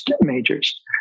majors